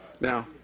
Now